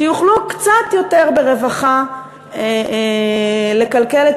שיוכלו קצת יותר ברווחה לכלכל את